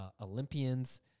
Olympians